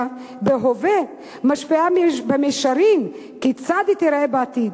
בהווה משפיעה במישרין כיצד היא תראה בעתיד.